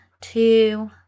two